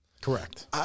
Correct